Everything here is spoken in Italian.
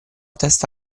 testa